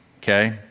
Okay